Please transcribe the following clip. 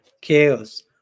chaos